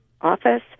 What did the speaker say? office